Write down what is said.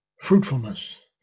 fruitfulness